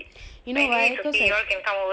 you know why because like